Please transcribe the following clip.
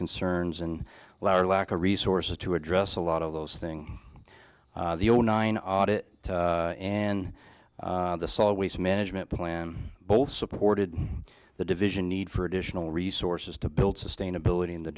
concerns and well our lack of resources to address a lot of those thing the old nine audit and the salt waste management plan both supported the division need for additional resources to build sustainability in the